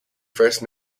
first